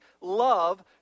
love